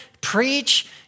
Preach